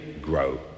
grow